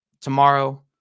tomorrow